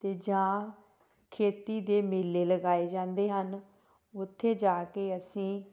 ਅਤੇ ਜਾਂ ਖੇਤੀ ਦੇ ਮੇਲੇ ਲਗਾਏ ਜਾਂਦੇ ਹਨ ਉੱਥੇ ਜਾ ਕੇ ਅਸੀਂ